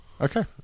Okay